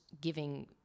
giving